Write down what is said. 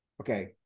okay